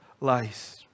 lies